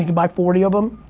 buy forty of them?